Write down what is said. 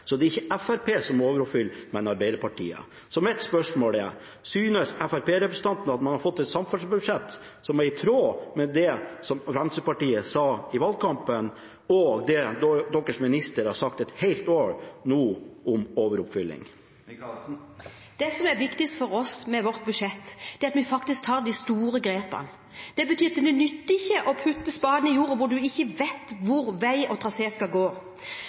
så det er ikke Fremskrittspartiet som overoppfyller, men Arbeiderpartiet. Mitt spørsmål er: Synes Fremskrittsparti-representanten at man har fått et samferdselsbudsjett som er i tråd med det Fremskrittspartiet sa i valgkampen, og med det ministeren deres har sagt i et helt år nå, om overoppfylling? Det som er viktigst for oss med vårt budsjett, er at vi faktisk tar de store grepene. Det betyr at det ikke nytter å putte spaden i jorden når du ikke vet hvor vei og trasé skal gå.